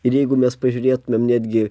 ir jeigu mes pažiūrėtumėm netgi